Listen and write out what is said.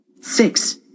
Six